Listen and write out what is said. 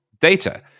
data